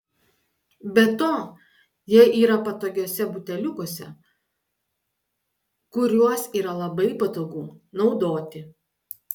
be to jie yra patogiuose buteliukuose kuriuos yra labai patogu naudoti